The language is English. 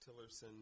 Tillerson